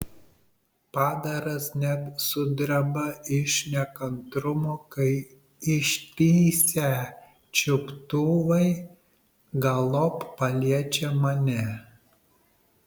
padaras net sudreba iš nekantrumo kai ištįsę čiuptuvai galop paliečia mane